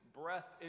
breath